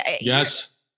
Yes